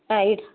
ಹಾಂ ಇಡಿ